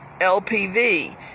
LPV